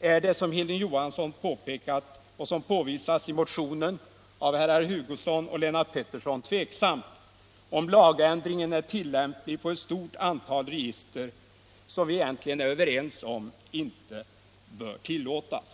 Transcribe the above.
är det, som Hilding Johansson påpekat och som påvisas i motionen av herrar Hugosson och Lennart Pettersson, tveksamt om lagändringen är tillämplig på ett stort antal register som vi egentligen är överens om inte bör tillåtas.